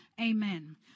Amen